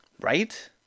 Right